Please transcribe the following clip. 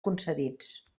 concedits